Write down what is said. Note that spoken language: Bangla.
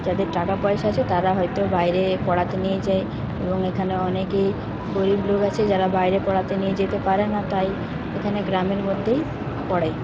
যাদের টাকাপয়সা আছে তারা হয়ত বাইরে পড়াতে নিয়ে যায় এবং এখানে অনেকেই গরীব লোক আছে যারা বাইরে পড়াতে নিয়ে যেতে পারেনা তাই এখানে গ্রামের মধ্যেই পড়ে